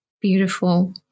Beautiful